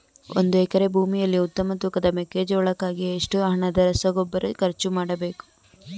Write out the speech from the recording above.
ಒಂದು ಎಕರೆ ಭೂಮಿಯಲ್ಲಿ ಉತ್ತಮ ತೂಕದ ಮೆಕ್ಕೆಜೋಳಕ್ಕಾಗಿ ಎಷ್ಟು ಹಣದ ರಸಗೊಬ್ಬರ ಖರ್ಚು ಮಾಡಬೇಕು?